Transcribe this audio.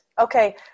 Okay